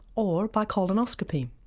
or by colonoscopy.